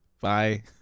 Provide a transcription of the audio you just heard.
Bye